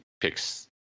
picks